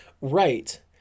Right